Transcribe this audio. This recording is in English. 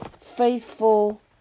Faithful